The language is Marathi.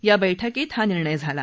या बैठकीत हा निर्णय झाला